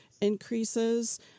increases